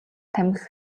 тамхи